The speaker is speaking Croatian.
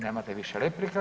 Nemate više replika.